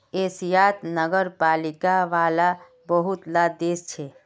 एशियात नगरपालिका वाला बहुत ला देश छे